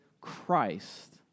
Christ